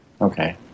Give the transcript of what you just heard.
okay